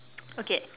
okay